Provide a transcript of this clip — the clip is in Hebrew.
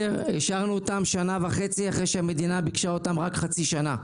השארנו אותם שנה וחצי אחרי שהמדינה ביקשה אותם רק חצי שנה.